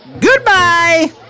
Goodbye